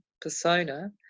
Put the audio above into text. persona